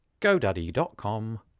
godaddy.com